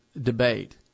debate